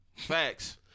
Facts